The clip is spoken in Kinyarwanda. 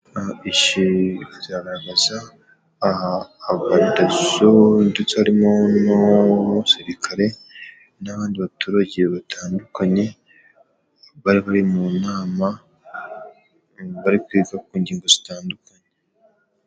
Ifoto igaragaza abadasso ndetse harimo n'umusirikare n'abandi baturage batandukanye, bari mu nama bari kwiga ku ngingo zitandukanye.